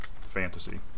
Fantasy